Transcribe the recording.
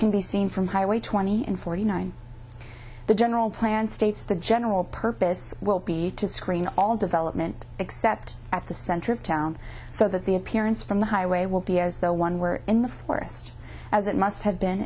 can be seen from highway twenty and forty nine the general plan states the general purpose will be to screen all development except at the center of town so that the appearance from the highway will be as though one were in the forest as it must have been